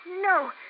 No